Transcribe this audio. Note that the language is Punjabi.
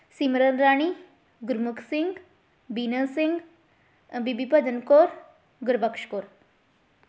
ਸਿਮਰਨ ਰਾਣੀ ਗੁਰਮੁਖ ਸਿੰਘ ਵੀਨ ਸਿੰਘ ਬੀਬੀ ਭਜਨ ਕੌਰ ਗੁਰਬਖਸ਼ ਕੌਰ